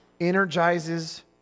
energizes